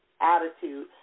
attitude